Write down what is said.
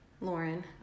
Lauren